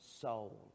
soul